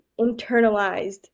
internalized